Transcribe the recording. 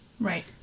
Right